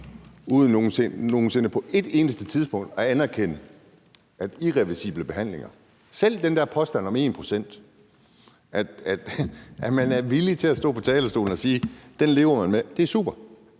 uden nogen sinde på et eneste tidspunkt at anerkende det her med irreversible behandlinger. Selv den der påstand om 1 pct. er man villig til at stå på talerstolen og sige, at det lever man med. Det er super